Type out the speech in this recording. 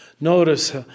Notice